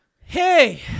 hey